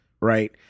Right